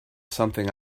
something